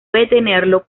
detenerlo